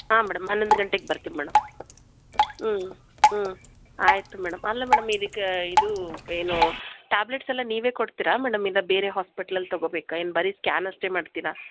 ಹಾಂ ಮೇಡಮ್ ಹನ್ನೊಂದು ಗಂಟೆಗೆ ಬರ್ತಿವಿ ಮೇಡಮ್ ಹ್ಞೂ ಹ್ಞೂ ಆಯಿತು ಮೇಡಮ್ ಅಲ್ಲ ಮೇಡಮ್ ಇದಕ್ಕೆ ಇದು ಏನು ಟ್ಯಾಬ್ಲೆಟ್ಸ್ ಎಲ್ಲ ನೀವೇ ಕೊಡ್ತೀರ ಮೇಡಮ್ ಇಲ್ಲ ಬೇರೆ ಹಾಸ್ಪಿಟ್ಲಲ್ಲಿ ತಕೋಬೇಕ ಏನು ಬರಿ ಸ್ಕ್ಯಾನ್ ಅಷ್ಟೆ ಮಾಡ್ತೀರಾ